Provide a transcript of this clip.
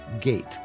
gate